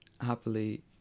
happily